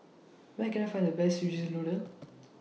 Where Can I Find The Best Szechuan Noodle